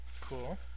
Cool